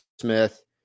Smith